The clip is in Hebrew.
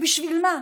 בשביל מה,